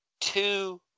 two